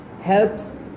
helps